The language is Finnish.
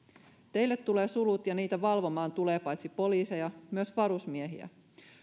teille tulee sulut ja niitä valvomaan tulee paitsi poliiseja myös varusmiehiä